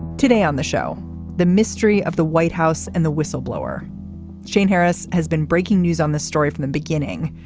today on the show the mystery of the white house and the whistleblower shane harris has been breaking news on the story from the beginning.